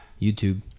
YouTube